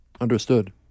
Understood